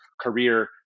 career